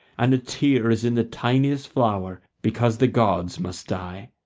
and a tear is in the tiniest flower because the gods must die.